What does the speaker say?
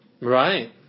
Right